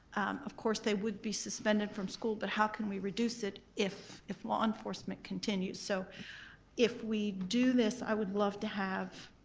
of course they would be suspended from school but how can we reduce it if if law enforcement continues? so if we do this i would love to have